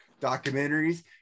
documentaries